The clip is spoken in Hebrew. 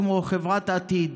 כמו חברת "עתיד",